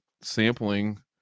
sampling